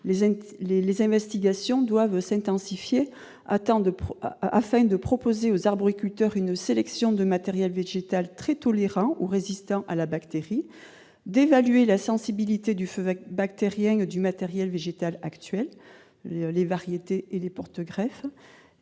Les investigations doivent s'intensifier afin de proposer aux arboriculteurs une sélection de matériel végétal très tolérant ou résistant à la bactérie, d'évaluer la sensibilité au feu bactérien du matériel végétal actuel, par variétés et porte-greffes,